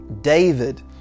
David